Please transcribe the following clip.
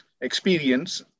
experience